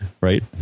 right